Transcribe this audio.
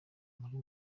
muri